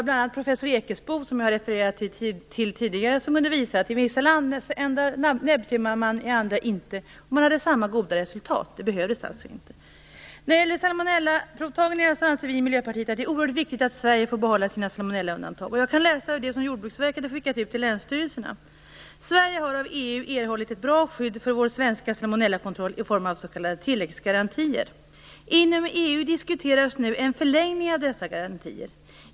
Bl.a. professor Ekesbo, som jag refererade till tidigare, kunde visa att man i vissa landsändar trimmar näbbar och i andra inte, och det var samma goda resultat. Detta behövdes alltså inte. När det gäller salmonellaprovtagningar anser vi i Miljöpartiet att det är oerhört viktigt att Sverige får behålla sina salmonellaundantag. Jag kan läsa ur det papper som Jordbruksverket har skickat ut till länsstyrelserna: Sverige har av EU erhållit ett bra skydd för vår svenska salmonellakontroll i form av s.k. tilläggsgarantier. Inom EU diskuteras nu en förlängning av dessa garantier.